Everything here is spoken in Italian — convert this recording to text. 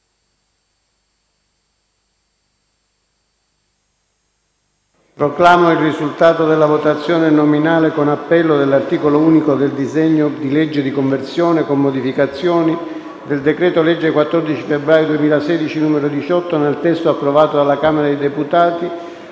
Proclamo il risultato della votazione nominale con appello dell'articolo unico del disegno di legge n. 2298, di conversione in legge, con modificazioni, del decreto-legge 14 febbraio 2016, n. 18, nel testo approvato dalla Camera dei deputati,